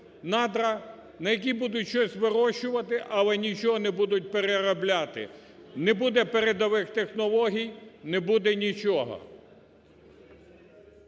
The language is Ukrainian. на якій будуть щось вирощувати, але нічого не будуть переробляти, не буде передових технологій, не буде нічого.